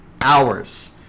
hours